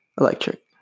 Electric